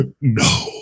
no